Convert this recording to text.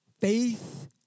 Faith